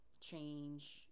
change